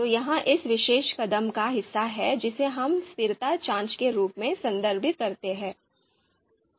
तो यह इस विशेष कदम का हिस्सा है जिसे हम स्थिरता जांच के रूप में संदर्भित करते हैं